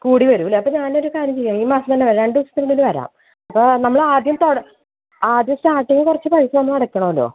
വരുമല്ലേ അപ്പം ഞാനൊരു കാര്യം ചെയ്യാം ഈ മാസം തന്നെ വരാം രണ്ട് ദിവസത്തിനുള്ളിൽ വരാം അപ്പം നമ്മൾ ആദ്യം തൊട ആദ്യം സ്റ്റാർട്ടിങ്ങ് കുറച്ച് പൈസ നമ്മൾ അടയ്ക്കണമല്ലോ